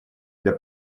для